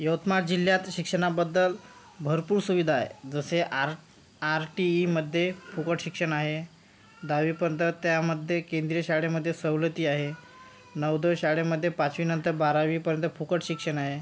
यवतमाळ जिल्ह्यात शिक्षणाबद्दल भरपूर सुविधा आहे जसे आर आर टी ई मध्ये फुकट शिक्षण आहे दहावीपर्यंत त्यामध्ये केंद्रीय शाळेमध्ये सवलती आहे नवोदय शाळेमध्ये पाचवीनंतर बारावीपर्यंत फुकट शिक्षण आहे